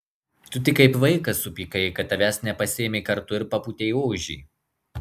tu tik kaip vaikas supykai kad tavęs nepasiėmė kartu ir papūtei ožį